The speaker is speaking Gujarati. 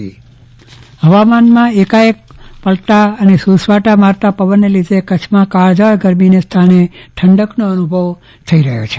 ચંદ્રવદન પદ્ટણી હ્વામાન ફવામાનમાં એકાએક પલટા અને સુસવાટા મારતા પવવને લીધે કચ્છમાં કાળઝાળ ગરમીના સ્થાને ઠંડકનો અનુભવ થઈ રહ્યો છે